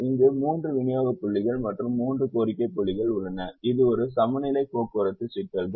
இங்கு மூன்று விநியோக புள்ளிகள் மற்றும் மூன்று கோரிக்கை புள்ளிகள் உள்ளன இது ஒரு சமநிலை போக்குவரத்து சிக்கல்கள்